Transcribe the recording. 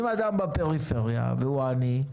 אם אדם בפריפריה והוא עני,